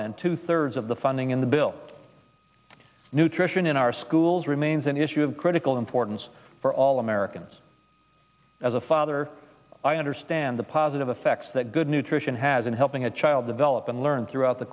than two thirds of the funding in the bill nutrition in our schools remains an issue of critical importance for all americans as a father i understand the positive effects that good nutrition has in helping a child develop and learn throughout the